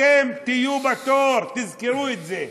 אתם תהיו בתור, תזכרו את זה.